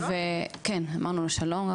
כן, אמרנו לו שלום.